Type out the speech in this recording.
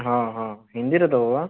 ହଁ ହଁ ହିନ୍ଦୀର ଦେବ ବା